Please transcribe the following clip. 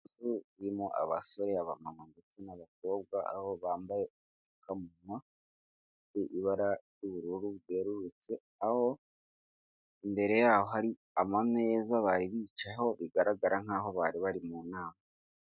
Irimo abasore ba mama ndetse n'abakobwa, aho bambaye agapfukanwa, gafite ibara ry'ubururu bwerurutse, aho imbere yaho hari ameza baricayeho bigaragara nk'aho bari bari mu nama.